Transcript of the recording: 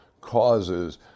causes